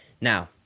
now